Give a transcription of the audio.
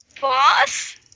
Boss